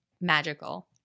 magical